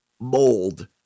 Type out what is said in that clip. mold